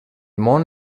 món